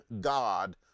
God